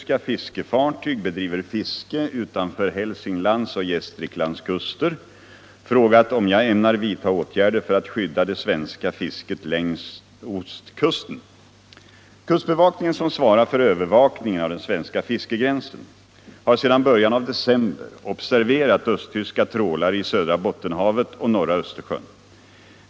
Kustbevakningen, som svarar för övervakningen av den svenska fiskegränsen, har sedan början av december observerat östtyska trålare i södra Bottenhavet och norra Östersjön.